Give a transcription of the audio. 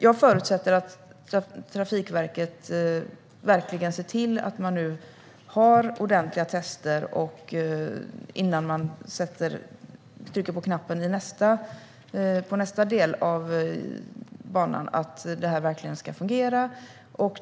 Jag förutsätter att Trafikverket ser till att man nu har ordentliga tester innan man trycker på knappen för nästa del av banan så att det här verkligen ska fungera.